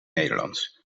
nederlands